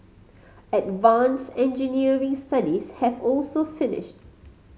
advance engineering studies have also finished